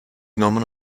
norman